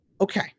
okay